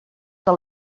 del